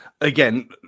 Again